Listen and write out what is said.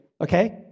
okay